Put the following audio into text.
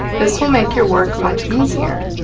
this will make your work much easier,